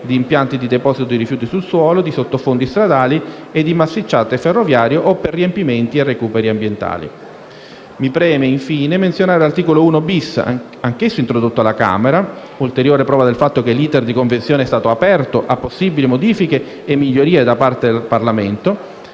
di impianti di deposito di rifiuti sul suolo, di sottofondi stradali e di massicciate ferroviarie o per riempimenti e recuperi ambientali. Mi preme, infine, menzionare l'articolo 1-*bis*, anch'esso introdotto alla Camera (ulteriore prova del fatto che l'*iter* di conversione è stato aperto a possibili modifiche e migliorie da parte del Parlamento),